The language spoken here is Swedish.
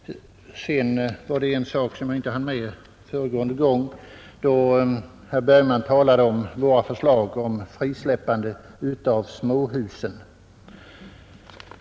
Det var en sak jag inte hann med i mitt förra inlägg. Herr Bergman talde om våra förslag till frisläppande av småhusen.